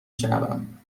شنوم